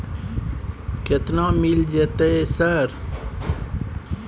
केतना मिल जेतै सर?